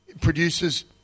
produces